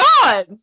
God